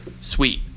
sweet